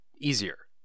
easier